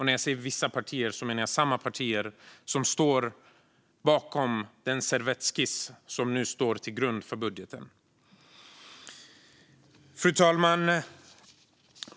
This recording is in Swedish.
När jag säger vissa partier menar jag samma partier som står bakom den servettskiss som nu ligger till grund för budgeten. Fru talman!